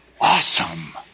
awesome